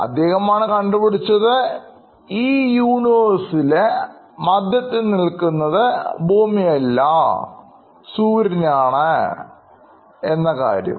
അദ്ദേഹമാണ് കണ്ടുപിടിച്ചത്ഈ universeലെ മധ്യത്തിൽ നിൽക്കുന്നത് ഭൂമിയല്ല എന്ന കാര്യം